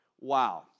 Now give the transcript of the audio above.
Wow